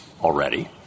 already